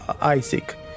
Isaac